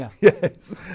Yes